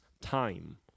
time